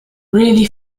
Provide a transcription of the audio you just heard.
really